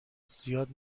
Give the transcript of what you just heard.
زیاد